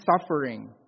suffering